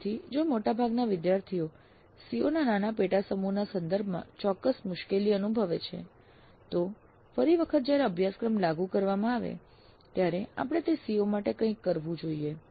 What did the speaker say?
તેથી જો મોટાભાગના વિદ્યાર્થીઓ COs ના નાના પેટા સમૂહના સંદર્ભમાં ચોક્કસ મુશ્કેલી અનુભવે છે તો ફરી વખત જ્યારે અભ્યાસક્રમ લાગુ કરવામાં આવે ત્યારે આપણે તે COs માટે કંઈક કરવું જોઈએ